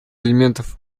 элементов